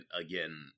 again